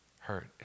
hurt